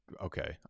okay